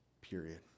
period